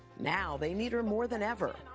now, they need her more than ever.